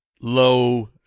low